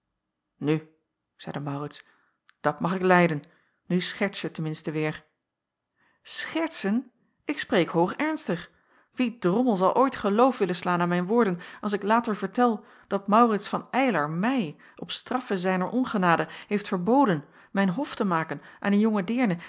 nu zeide maurits dat mag ik lijden nu scherts je ten minsten weêr schertsen ik spreek hoog ernstig wie drommel zal ooit geloof willen slaan aan mijn woorden als ik later vertel dat maurits van eylar mij op straffe zijner ongenade heeft verboden mijn hof te maken aan een jonge deerne